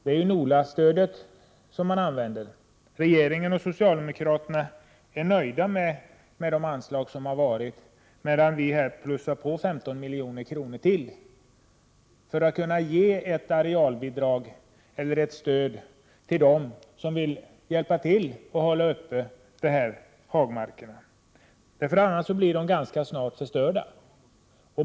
Det är NOLA-stödet som används. Regeringen och socialdemokraterna är nöjda med det tidigare anslaget, medan vi plussar på 15 milj.kr. för att kunna ge ett arealbidrag eller ett stöd till dem som vill hjälpa till och hålla hagmarkerna öppna, vilka annars ganska snart blir förstörda.